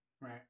right